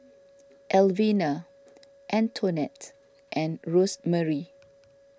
Elvina Antonette and Rosemarie